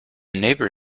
neighbour